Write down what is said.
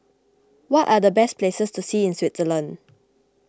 what are the best places to see in Switzerland